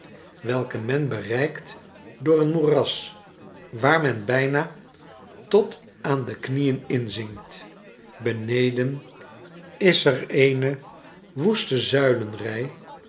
welke men bereikt door een moeras waar men bijna tot aan de knieen inzinkt beneden is er eene woeste zuilenry